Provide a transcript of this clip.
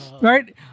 right